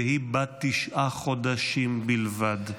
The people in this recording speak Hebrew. והיא בת תשעה חודשים בלבד.